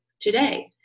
today